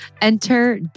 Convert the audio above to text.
Enter